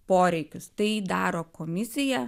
poreikius tai daro komisija